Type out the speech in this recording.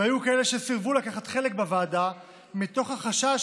ויש כאלה שסירבו לקחת חלק בוועדה מתוך החשש